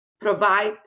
provide